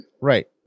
Right